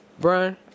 Brian